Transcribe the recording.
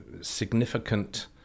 significant